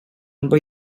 borde